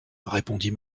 répondit